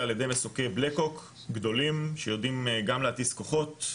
על ידי מסוקי בלק הוק גדולים שיודעים גם להטיס כוחות,